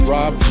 Rob